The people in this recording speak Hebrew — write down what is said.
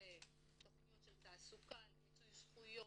לתכניות של תעסוקה, למיצוי זכויות